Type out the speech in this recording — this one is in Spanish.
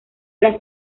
tras